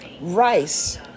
rice